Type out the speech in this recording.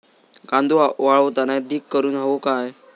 कांदो वाळवताना ढीग करून हवो काय?